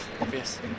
obvious